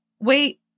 wait